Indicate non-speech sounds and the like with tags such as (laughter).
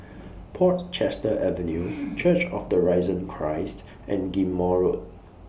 Portchester Avenue (noise) Church of The Risen Christ and Ghim Moh Road